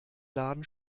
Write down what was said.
laden